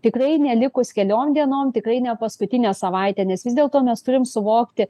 tikrai nelikus keliom dienom tikrai ne paskutinę savaitę nes vis dėlto mes turim suvokti